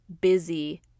busy